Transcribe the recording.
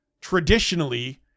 traditionally